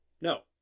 No